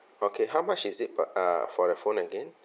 okay how much is it per uh for the phone again